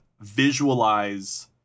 visualize